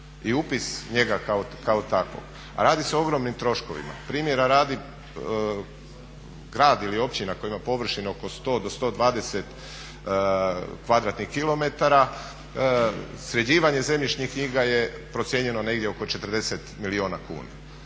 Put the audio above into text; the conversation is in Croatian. i upis njega kao takvog, a radi se o ogromnim troškovima. Primjera radi, grad ili općina koja ima površinu oko 100 do 120 km2 sređivanje zemljišnih knjiga je procijenjeno negdje oko 40 milijuna kuna.